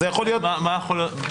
מה יכול להיות?